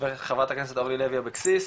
וחברת הכנסת אורלי לוי-אבקסיס,